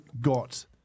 got